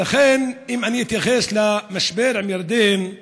ולכן, אם אני אתייחס למשבר עם ירדן,